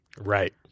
Right